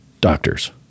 doctors